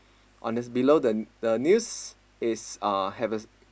on this below below the news is uh heavens